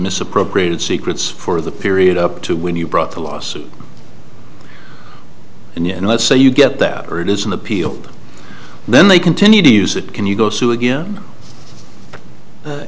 misappropriated secrets for the period up to when you brought the lawsuit and let's say you get that or it is an appeal then they continue to use it can you go sue again